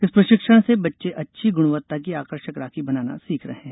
इस प्रशिक्षण से बच्चे अच्छी गुणवत्ता की आकर्षक राखी बनाना सीख रहे हैं